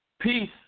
Peace